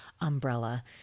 umbrella